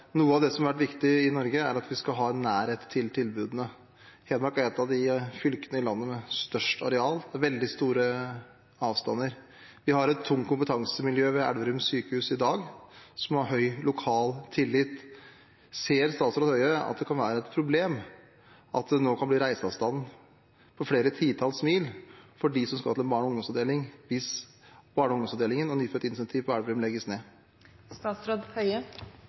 som har vært viktig i Norge, er at vi skal ha nærhet til tilbudene. Hedmark er et av de fylkene i landet med størst areal, det er veldig store avstander. Vi har i dag et tungt kompetansemiljø ved Elverum sykehus, som har høy lokal tillit. Ser statsråd Høie at det kan være et problem at det nå kan bli en reiseavstand på flere titalls mil for dem som skal til en barne- og ungdomsavdeling, hvis barne- og ungdomsavdelingen og nyfødtintensivavdelingen på Elverum legges